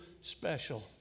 special